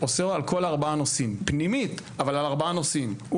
זה על כל ארבעת הנושאים פנימית אבל על ארבעה נושאים.